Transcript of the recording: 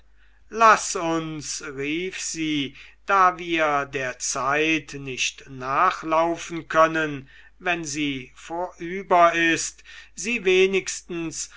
laß uns rief sie da wir der zeit nicht nachlaufen können wenn sie vorüber ist sie wenigstens